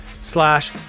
slash